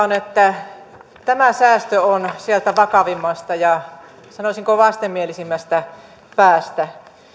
on että tämä säästö on sieltä vakavimmasta ja sanoisinko vastenmielisimmästä päästä